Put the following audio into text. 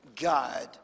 God